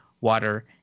water